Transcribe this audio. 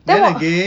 then 我